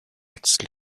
its